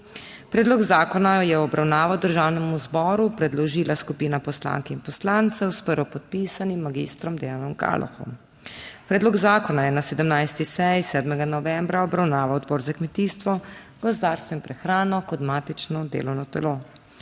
Predlog zakona je v obravnavo Državnemu zboru predložila skupina poslank in poslancev s prvopodpisanim magistrom Dejanom Kalohom. Predlog zakona je na 17. seji 7. novembra obravnaval Odbor za kmetijstvo, gozdarstvo in prehrano kot matično delovno telo.